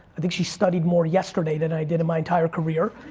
i think she studied more yesterday than i did in my entire career.